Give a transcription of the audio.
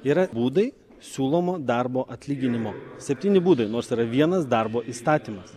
yra būdai siūlomo darbo atlyginimo septyni būdai nors yra vienas darbo įstatymas